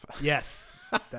Yes